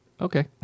Okay